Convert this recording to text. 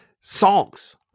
songs